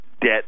debt